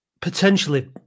potentially